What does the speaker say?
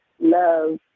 love